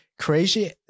crazy